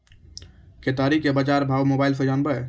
केताड़ी के बाजार भाव मोबाइल से जानवे?